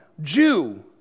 Jew